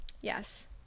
yes